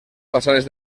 façanes